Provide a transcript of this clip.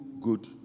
good